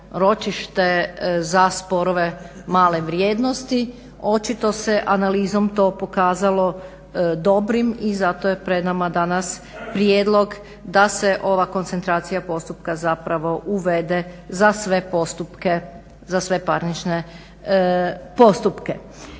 ročište za sporove male vrijednosti. Očito se analizom to pokazalo dobrim i zato je pred nama danas prijedlog da se ova koncentracija postupka zapravo uvede za sve postupke,